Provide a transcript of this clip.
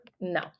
No